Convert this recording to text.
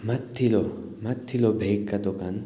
माथिल्लो माथिल्लो भेगका दोकान